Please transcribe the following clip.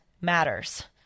matters